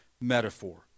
metaphor